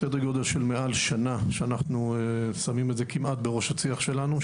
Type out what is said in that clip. סדר גודל של מעל שנה שאנחנו שמים את זה כמעט בראש הצי"ח שלנו,